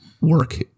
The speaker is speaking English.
work